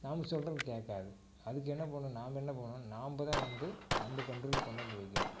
நாம் சொல்கிறத கேட்காது அதுக்கு என்ன பண்ணணும் நாம்ம என்ன பண்ணணும் நாம்ம தான் வந்து நம்ம கண்ட்ரோலுக்கு கொண்டாந்து வைக்கணும்